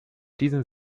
diesem